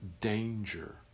danger